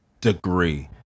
degree